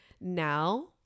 now